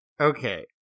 Okay